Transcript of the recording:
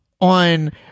on